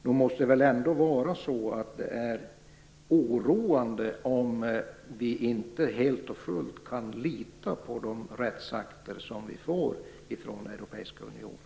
Nog måste det väl ändå vara oroande om vi inte helt och fullt kan lita på de rättsakter som vi får från Europeiska unionen?